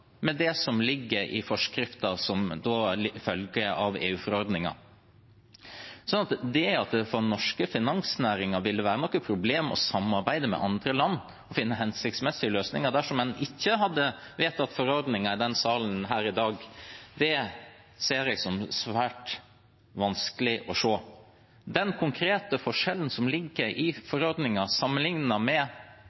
som følger av EU-forordningen. At det for den norske finansnæringen vil være noe problem å samarbeide med andre land og finne hensiktsmessige løsninger dersom en ikke vedtar forordningen i denne salen i dag, er svært vanskelig å se. Den konkrete forskjellen som ligger i